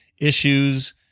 issues